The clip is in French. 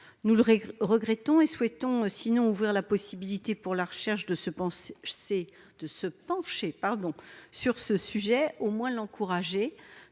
Nous le déplorons, et souhaitons, sinon ouvrir la possibilité pour la recherche de se pencher sur ce sujet, du moins l'encourager,